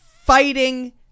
fighting